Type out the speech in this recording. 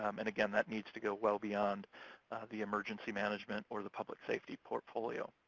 um and, again, that needs to go well beyond the emergency management or the public safety portfolio.